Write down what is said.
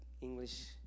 English